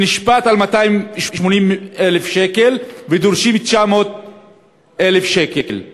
שנשפט ל-280,000 שקל ודורשים 900,000 שקל?